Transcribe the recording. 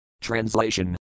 Translation